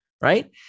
right